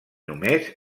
només